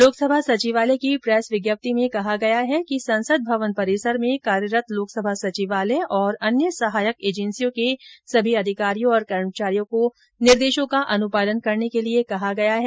लोकसभा सचिवालय की प्रेस विज्ञप्ति में कहा गया है कि संसद भवन परिसर में कार्यरत लोकसभा सचिवालय और अन्य सहायक एजेंसियों के सभी अधिकारियों तथा कर्मचारियों को निर्देशों का अनुपालन करने के लिए कहा गया है